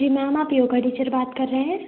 जी ma'am आप yoga teacher बात कर रहे हैं